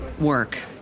work